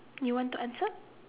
you want to answer